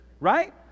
Right